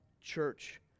church